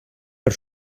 per